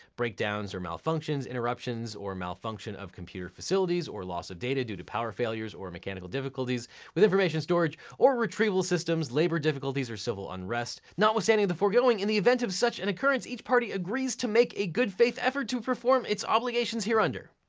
breakdowns or malfunctions, interruptions or malfunction of computer facilities, or loss of data due to power failures or mechanical difficulties with information storage or retrieval systems, labor difficulties or civil unrest. notwithstanding the foregoing, in the event of such an occurrence, each party agrees to make a good faith effort to perform its obligations hereunder.